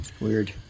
Weird